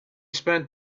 spent